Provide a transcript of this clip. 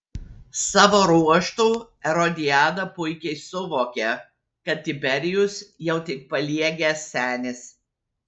savo ruožtu erodiada puikiai suvokia kad tiberijus jau tik paliegęs senis